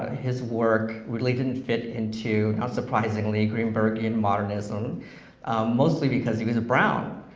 his work really didn't fit into, not surprisingly, greenbergian modernism mostly because he was brown.